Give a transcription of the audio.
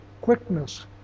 quickness